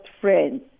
friends